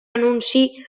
anunci